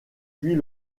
puis